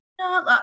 No